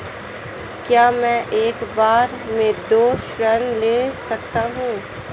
क्या मैं एक बार में दो ऋण ले सकता हूँ?